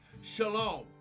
shalom